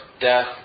death